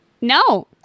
No